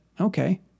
okay